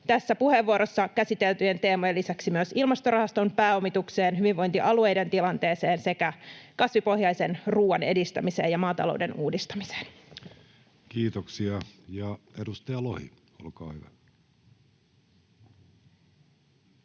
tässä puheenvuorossa käsiteltyjen teemojen lisäksi myös Ilmastorahaston pääomitukseen, hyvinvointialueiden tilanteeseen sekä kasvipohjaisen ruuan edistämiseen ja maatalouden uudistamiseen. [Speech 10] Speaker: Jussi Halla-aho